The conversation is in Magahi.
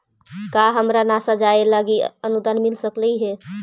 का हमरा नासा जाये लागी अनुदान मिल सकलई हे?